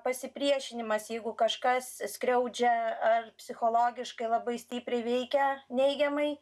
pasipriešinimas jeigu kažkas skriaudžia ar psichologiškai labai stipriai veikia neigiamai